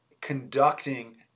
conducting